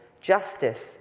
justice